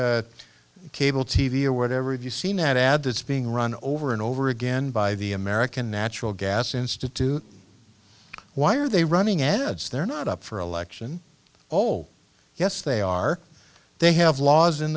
catch cable t v or whatever have you seen that ad that's being run over and over again by the american natural gas institute why are they running ads they're not up for election oh yes they are they have laws in